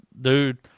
dude